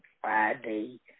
Friday